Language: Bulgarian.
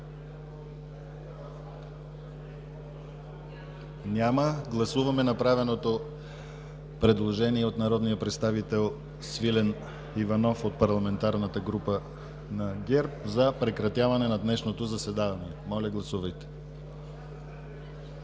Няма. Гласуваме направеното предложение от народния представител Свилен Иванов от Парламентарната група на ГЕРБ за прекратяване на днешното заседание. Гласували